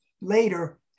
later